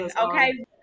Okay